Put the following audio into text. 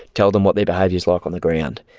tell them what their behaviour is like on the ground.